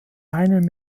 einen